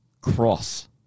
Cross